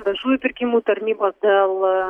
viešųjų pirkimų tarnybos dėl